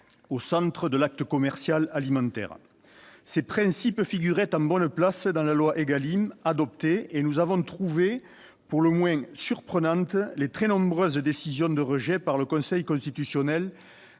au centre de l'acte commercial alimentaire. Ces principes figuraient en bonne place dans la loi Égalim adoptée, et nous avons trouvé pour le moins surprenantes les très nombreuses décisions de rejet par le Conseil constitutionnel